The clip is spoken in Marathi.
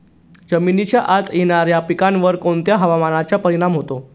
जमिनीच्या आत येणाऱ्या पिकांवर कोणत्या हवामानाचा परिणाम होतो?